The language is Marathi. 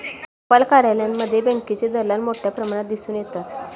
टपाल कार्यालयांमध्येही बँकेचे दलाल मोठ्या प्रमाणात दिसून येतात